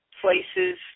places